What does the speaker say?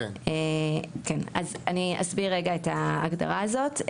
אני אסביר רגע את ההגדרה הזאת,